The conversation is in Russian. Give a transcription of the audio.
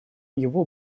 его